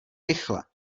rychle